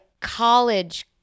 college